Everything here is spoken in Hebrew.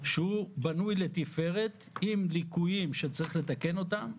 שהוא בנוי לתפארת, עם ליקויים שצריך לתקן אותם,